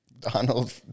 Donald